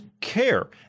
care